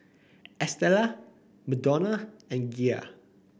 Estella Madonna and Gia